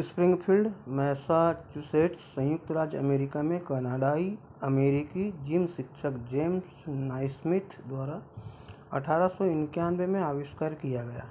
Springfield Massachusetts संयुक्त राज्य America में कनाडाई अमेरिकी जिम शिक्षक जेम्स नाइस्मिथ द्वारा अठारह सौ इक्यानवे में आविष्कार किया गया